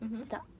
Stop